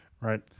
right